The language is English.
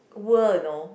world know